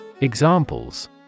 Examples